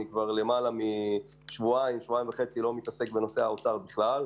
כבר למעלה משבועיים לא מתעסק בנושאי האוצר בכלל.